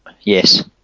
Yes